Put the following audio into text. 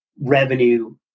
revenue